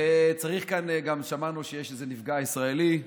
וגם שמענו שיש נפגע ישראלי.